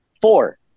Four